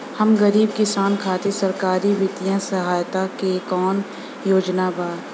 हम गरीब किसान खातिर सरकारी बितिय सहायता के कवन कवन योजना बा?